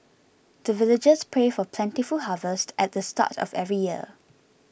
the villagers pray for plentiful harvest at the start of every year